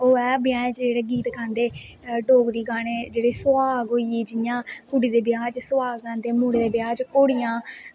ओह् ऐ ब्याहें च जेह्ड़े गीत गांदे डोगरी गाने जेह्ड़े सोहाग होई गे जियां कुड़ी दे ब्याह् च सुहाग गांदे मुड़े दे ब्याह् च घोड़ियां